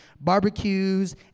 Barbecues